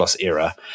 era